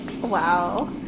Wow